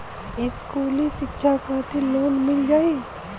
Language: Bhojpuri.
इस्कुली शिक्षा खातिर भी लोन मिल जाई?